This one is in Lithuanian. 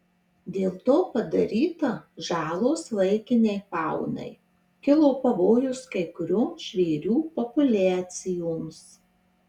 dėl to padaryta žalos laikinei faunai kilo pavojus kai kurioms žvėrių populiacijoms